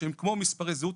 שהם כמו מספר זהות,